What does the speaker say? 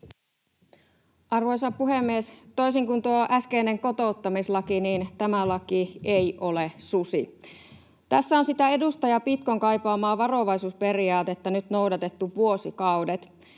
Arvoisa puhemies! Toisin kuin tuo äskeinen kotouttamislaki, tämä laki ei ole susi. Tässä on sitä edustaja Pitkon kaipaamaa varovaisuusperiaatetta nyt noudatettu vuosikaudet,